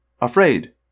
afraid